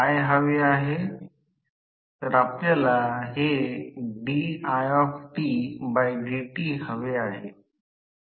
जेव्हा जेव्हा रोटर ला फिरण्यास परवानगी देत नाही तेव्हा हे F2 प्रत्यक्षात या ns काय होईल